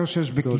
לא,